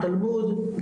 התלמוד,